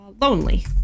lonely